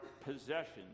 possessions